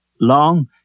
long